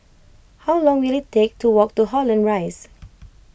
how long will it take to walk to Holland Rise